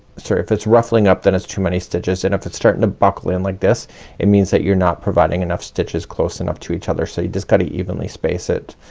sorry, if it's ruffling up then it's too many stitches and if it's starting to buckle in like this it means that you're not providing enough stitches close enough to each other. so you just gotta evenly space it.